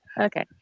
Okay